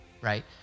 right